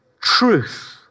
truth